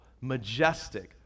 majestic